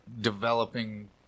developing